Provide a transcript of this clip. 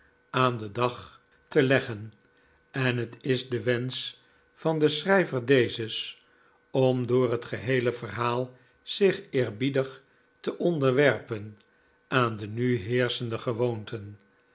aan den dag te leggen en het is de wensch van den schrijver dezes om door het geheele verhaal zich eerbiedig te onderwerpen aan de nu heerschende gewoonten